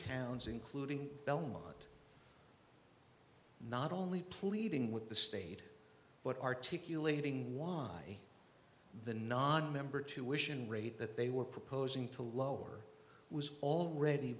towns including belmont not only pleading with the state but articulating why the nonmember tuition rate that they were proposing to lower was already